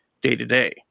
day-to-day